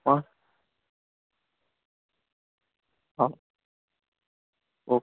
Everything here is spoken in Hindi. हाँ ओके